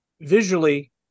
visually